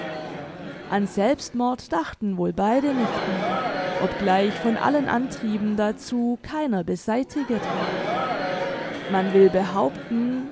an selbstmord dachten wohl beide nicht mehr obgleich von allen antrieben dazu keiner beseitiget war man will behaupten